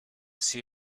see